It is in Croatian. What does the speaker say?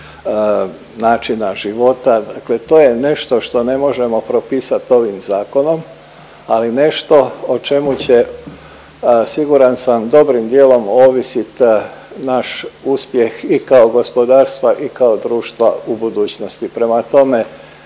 načina života, dakle to je nešto što ne možemo propisat ovim zakonom, ali nešto o čemu će siguran sam dobrim dijelom ovisit naš uspjeh i kao gospodarstva i kao društva u budućnosti. Prema tome,